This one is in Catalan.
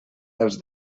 els